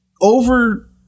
over